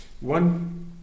one